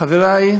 חברי,